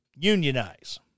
unionize